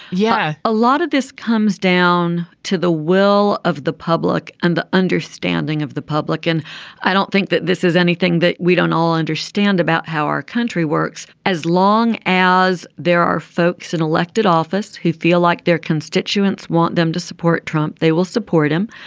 yeah. a lot of this comes down to the will of the public and the understanding of the public and i don't think that this is anything that we don't all understand about how our country works. as long as there are folks in elected office who feel like their constituents want them to support trump they will support him.